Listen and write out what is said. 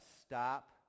stop